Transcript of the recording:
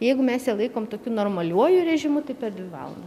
jeigu mes ją laikom tokiu normaliuoju režimu tai per dvi valandas